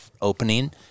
opening